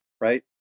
right